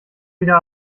wieder